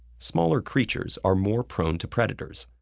smaller creatures are more prone to predators.